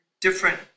different